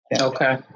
Okay